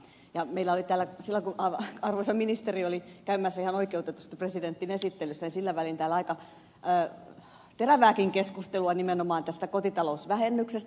meillä oli täällä silloin kun arvoisa ministeri oli käymässä ihan oikeutetusti presidentin esittelyssä aika terävääkin keskustelua nimenomaan tästä kotitalousvähennyksestä